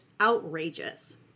outrageous